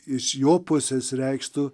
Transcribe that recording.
iš jo pusės reikštų